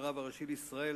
הרב הראשי לישראל,